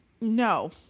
No